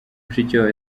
mushikiwabo